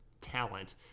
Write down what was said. talent